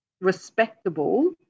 respectable